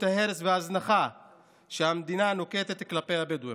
ההרס וההזנחה שהמדינה נוקטת כלפי הבדואים.